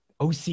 OC